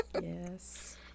Yes